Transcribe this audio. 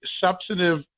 substantive